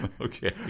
Okay